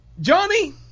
Johnny